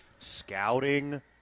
scouting